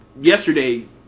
yesterday